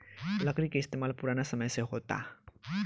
लकड़ी के इस्तमाल पुरान समय से होता